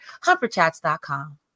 Humperchats.com